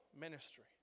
ministry